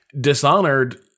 Dishonored